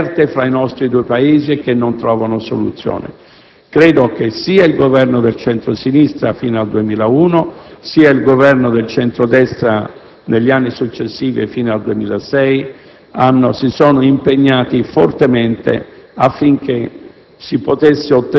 politiche aperte fra i nostri due Paesi che non trovano soluzione. Credo che sia il Governo di centro-sinistra fino al 2001 che quello di centro-destra negli anni successivi fino al 2006, si siano fortemente impegnati affinché